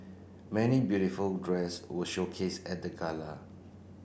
many beautiful dress were showcased at the gala